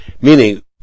Meaning